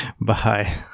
Bye